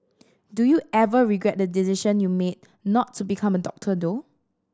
do you ever regret the decision you made not to become doctor though